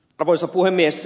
arvoisa puhemies